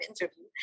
interview